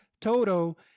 Toto